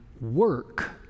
work